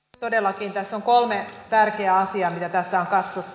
todellakin tässä on kolme tärkeää asiaa mitä tässä on katsottu